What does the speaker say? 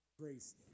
grace